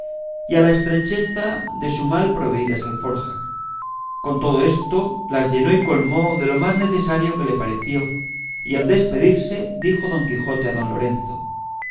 a la estrecheza de sus mal proveídas alforjas con todo esto las llenó y colmó de lo más necesario que le pareció y al despedirse dijo don quijote a don lorenzo